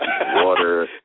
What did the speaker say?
water